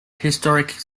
historic